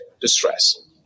distress